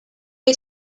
est